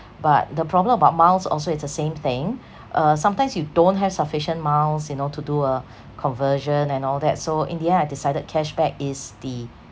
but the problem about miles also it's the same thing uh sometimes you don't have sufficient miles you know to do uh conversion and all that so in the end I decided cashback is the